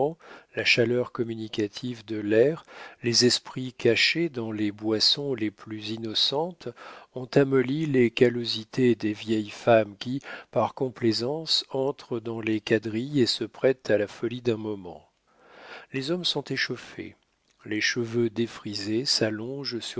la chaleur communicative de l'air les esprits cachés dans les boissons les plus innocentes ont amolli les callosités des vieilles femmes qui par complaisance entrent dans les quadrilles et se prêtent à la folie d'un moment les hommes sont échauffés les cheveux défrisés s'allongent